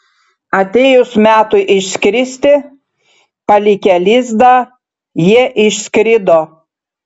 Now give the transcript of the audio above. atėjus metui išskristi palikę lizdą jie išskrido